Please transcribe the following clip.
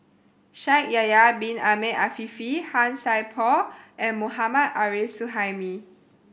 Shaikh Yahya Bin Ahmed Afifi Han Sai Por and Mohammad Arif Suhaimi